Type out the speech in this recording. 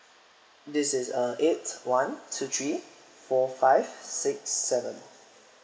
this is uh eight one two three four five six seven